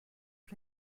حرف